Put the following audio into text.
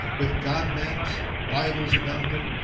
with god-maps or bibles about them,